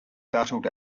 battled